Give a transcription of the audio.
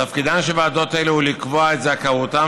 תפקידן של ועדות אלה הוא לקבוע את זכאותם